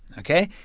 ok?